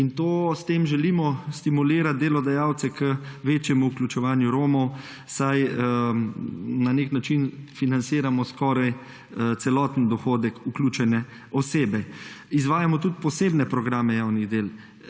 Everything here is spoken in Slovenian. In s tem želimo stimulirati delodajalce k večjem vključevanju Romov, saj na nek način financiramo skoraj celoten dohodek vključene osebe. Izvajamo tudi posebne programe javnih del.